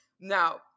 Now